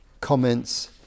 comments